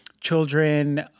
children